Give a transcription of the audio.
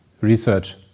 research